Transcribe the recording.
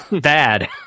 bad